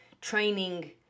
training